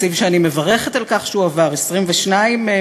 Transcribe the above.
תקציב שאני מברכת על כך שהוא עבר, 22 מיליון.